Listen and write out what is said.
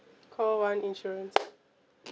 call one insurance